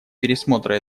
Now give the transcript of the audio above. пересмотра